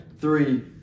three